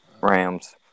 Rams